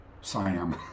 Siam